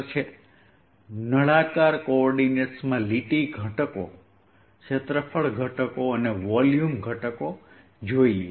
ચાલો હવે નળાકાર કોઓર્ડિનેટ્સમાં લાઈન ઘટકો ક્ષેત્રફળ ઘટકો અને વોલ્યુમ ઘટકો જોઈએ